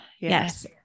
yes